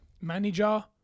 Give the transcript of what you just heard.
manager